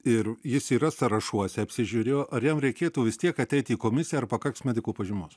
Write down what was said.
ir jis yra sąrašuose apsižiūrėjo ar jam reikėtų vis tiek ateit į komisiją ar pakaks medikų pažymos